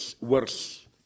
worse